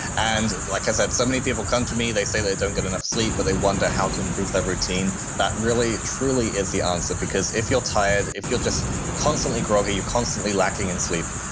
and like i said, so many people come to me, they say they don't get enough sleep. but they wonder how to improve their routine. that really truly is the answer. because if you're tired, if you're just constantly groggy, you're constantly lacking in sleep,